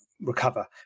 recover